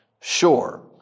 sure